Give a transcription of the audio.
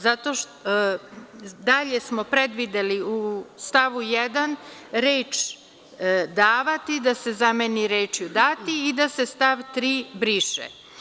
Dalje smo predvideli u stavu 1. reč - davati da se zameni rečju - dati i da se stav 3. briše.